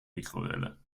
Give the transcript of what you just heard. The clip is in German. mikrowelle